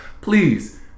please